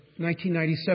1997